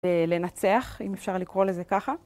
לנצח, אם אפשר לקרוא לזה ככה.